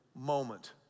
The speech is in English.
moment